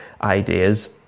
ideas